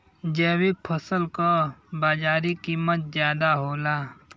जैविक फसल क बाजारी कीमत ज्यादा होला